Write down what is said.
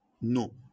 No